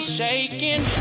shaking